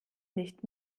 nicht